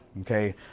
okay